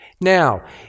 Now